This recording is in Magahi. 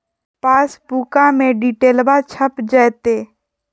पासबुका में डिटेल्बा छप जयते?